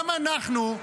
גם אנחנו,